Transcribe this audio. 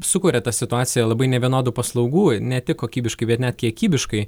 sukuria tą situaciją labai nevienodų paslaugų ne tik kokybiškai bet net kiekybiškai